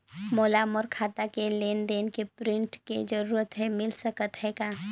मोला मोर खाता के लेन देन के प्रिंट के जरूरत हे मिल सकत हे का?